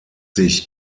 sich